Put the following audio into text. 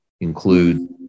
include